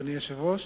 אדוני היושב-ראש,